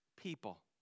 people